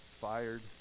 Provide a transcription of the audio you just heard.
fired